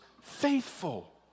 faithful